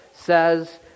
says